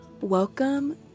welcome